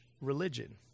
religion